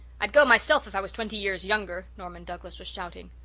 i'd go myself if i was twenty years younger, norman douglas was shouting.